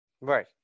Right